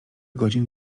godzin